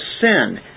sin